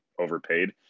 overpaid